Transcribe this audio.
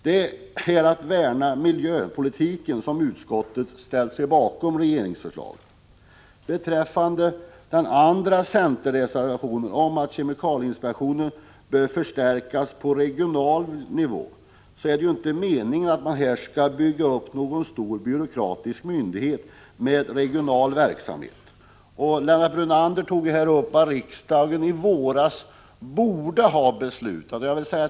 Det är för att värna om miljöpolitiken som utskottet har ställt sig bakom regeringsförslaget. Beträffande den andra centerreservationen om att kemikalieinspektionen bör förstärkas även på regional nivå, så är det inte meningen att man skall bygga upp en stor och byråkratisk myndighet med regional verksamhet. Lennart Brunander nämnde att riksdagen i våras borde ha beslutat på ett visst sätt.